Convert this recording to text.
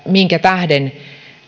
minkä tähden